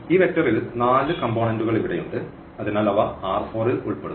ഈ വെക്റ്ററിൽ നാല് കംപോണന്റുകൾ ഇവിടെയുണ്ട് അതിനാൽ അവ ൽ ഉൾപ്പെടുന്നു